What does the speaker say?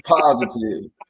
positive